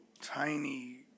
tiny